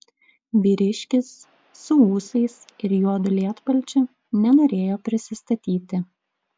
vyriškis su ūsais ir juodu lietpalčiu nenorėjo prisistatyti